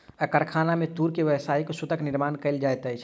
कारखाना में तूर से व्यावसायिक सूतक निर्माण कयल जाइत अछि